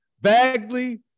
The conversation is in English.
Bagley